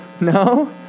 no